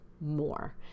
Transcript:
more